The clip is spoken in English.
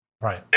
Right